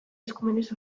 eskumenez